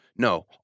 No